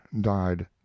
died